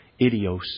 idios